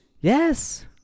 Yes